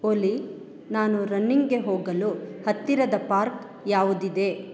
ಒಲಿ ನಾನು ರನ್ನಿಂಗ್ಗೆ ಹೋಗಲು ಹತ್ತಿರದ ಪಾರ್ಕ್ ಯಾವುದಿದೆ